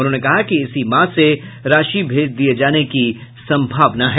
उन्होंने कहा कि इसी माह से राशि भेज दिये जाने की संभावना है